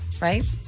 Right